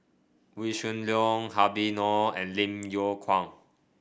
Wee Shoo Leong Habib Noh and Lim Yew Kuan